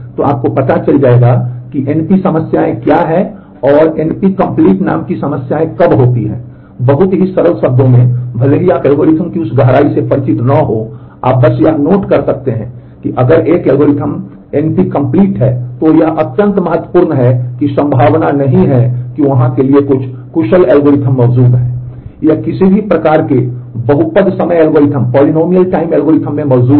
तो आपको पता चल जाएगा कि NP समस्याएँ क्या हैं और NP complete नाम की समस्याएं कब होती हैं बहुत ही सरल शब्दों में भले ही आप एल्गोरिदम की उस गहराई से परिचित न हों आप बस यह नोट कर सकते हैं कि अगर एक एल्गोरिथ्म NP complete तो यह अत्यंत महत्वपूर्ण है कि संभावना नहीं है कि वहाँ के लिए कुशल एल्गोरिथ्म मौजूद है